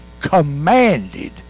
commanded